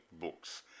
books